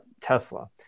Tesla